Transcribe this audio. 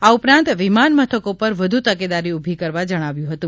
આ ઉપરાંત વિમાનમથકો પર વધુ તકેદારી ઉભી કરવા જણાવ્યું હતું